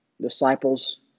Disciples